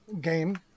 game